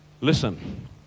Listen